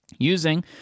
Using